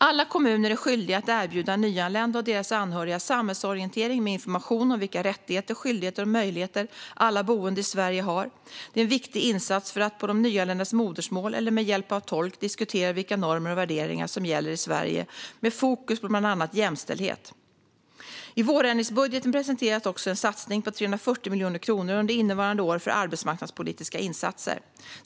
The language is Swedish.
Alla kommuner är skyldiga att erbjuda nyanlända och deras anhöriga samhällsorientering med information om vilka rättigheter, skyldigheter och möjligheter alla boende i Sverige har. Det är en viktig insats för att på de nyanländas modersmål eller med hjälp av tolk diskutera vilka normer och värderingar som gäller i Sverige med fokus på bland annat jämställdhet. I vårändringsbudgeten presenterades också en satsning på 340 miljoner kronor under innevarande år för arbetsmarknadspolitiska insatser.